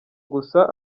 gusa